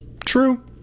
True